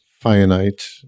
finite